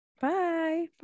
Bye